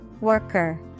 Worker